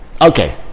okay